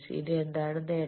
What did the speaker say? ഇനി എന്താണ് നേട്ടം